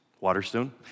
Waterstone